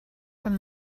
from